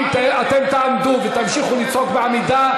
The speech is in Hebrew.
אם אתם תעמדו ותמשיכו לצעוק בעמידה,